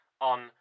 on